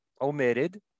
omitted